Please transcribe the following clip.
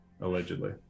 Allegedly